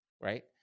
right